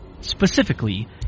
Specifically